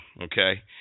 okay